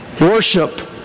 Worship